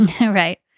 Right